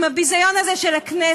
עם הביזיון הזה של הכנסת,